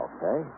Okay